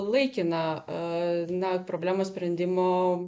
laikiną a na problemos sprendimo